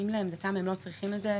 אם לעמדתם הם לא צריכים את זה.